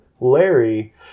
larry